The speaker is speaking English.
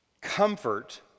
comfort